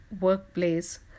workplace